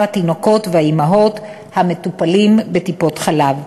התינוקות והאימהות המטופלים בטיפות-חלב.